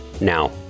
Now